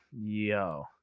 Yo